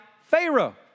Pharaoh